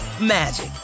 magic